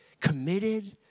committed